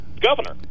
governor